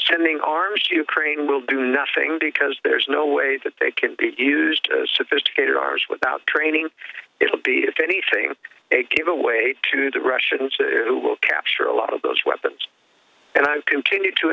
sending arms to ukraine will do nothing because there is no way that they can be used as sophisticated arms without training it will be if anything a giveaway to the russians who will capture a lot of those weapons and i've continued to